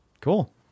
Cool